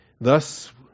Thus